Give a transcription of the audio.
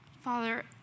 Father